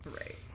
right